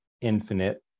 infinite